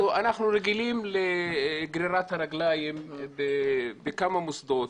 אנחנו רגילים לגרירת הרגליים בכמה מוסדות.